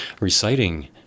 reciting